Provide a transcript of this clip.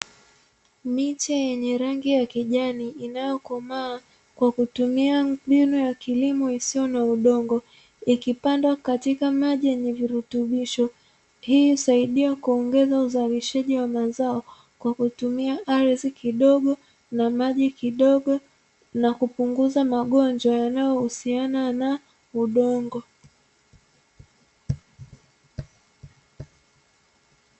Miche yenye rangi ya kijani inayokomaa kwa kutumia mbinu ya kilimo isiyo na udongo, ikipandwa katika maji yenye virutubisho. Hii husaidia kuongeza uzalishaji wa mazao, kwa kutumia ardhi kidogo, na maji kidogo na kupunguza magonjwa yanayohusiana na udongo.